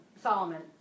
Solomon